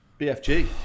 bfg